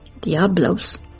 Diablos